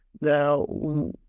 Now